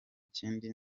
kindi